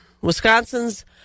Wisconsin's